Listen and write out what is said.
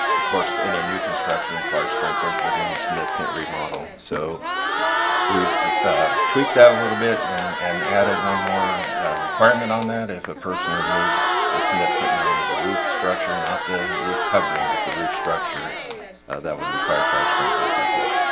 course any new construction required sprinklers, but any significant remodel, so we've tweaked that a little bit and and had it one more requirement on that if a person removes a significant amount of the roof structure not the roof covering but the roof structure that would require fire sprinklers as well